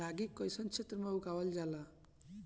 रागी कइसन क्षेत्र में उगावल जला?